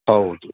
ಹೌದು